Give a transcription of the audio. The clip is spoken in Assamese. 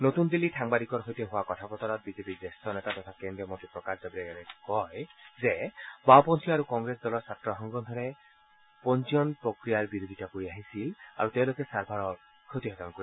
নতুন দিল্লীত সাংবাদিকৰ সৈতে হোৱা কথা বতৰাত বিজেপিৰ জ্যেষ্ঠ নেতা তথা কেন্দ্ৰীয় মন্ত্ৰী প্ৰকাশ জাভ্ৰেকাৰে কয় যে বাওপন্থী আৰু কংগ্ৰেছ দলৰ ছাত্ৰ সংগঠনে পঞ্জীয়নৰ প্ৰক্ৰিয়াৰ বিৰোধিতা কৰি আহিছিল আৰু তেওঁলোকে ছাৰ্ভাৰৰ ক্ষতিসাধন কৰে